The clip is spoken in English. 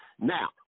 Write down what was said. Now